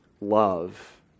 love